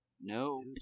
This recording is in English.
No